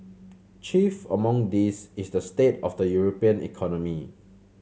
chief among these is the state of the European economy